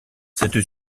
cette